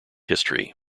history